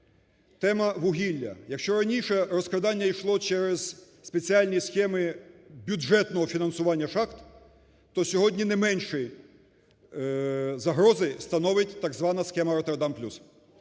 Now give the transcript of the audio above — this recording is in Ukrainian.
Тема вугілля. Якщо раніше розкрадання йшло через спеціальні схеми бюджетного фінансування шахт, то сьогодні не меншу загрозу становить так звана схема "Роттердам плюс".